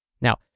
Now